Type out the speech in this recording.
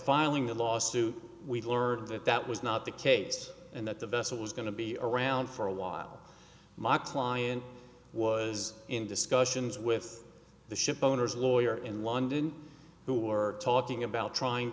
filing the lawsuit we learned that that was not the case and that the vessel was going to be around for a while my client was in discussions with the ship owners lawyer in london who were talking about trying